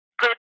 good